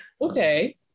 Okay